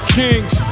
kings